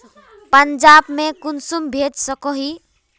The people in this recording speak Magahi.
पंजाब में कुंसम भेज सकोही?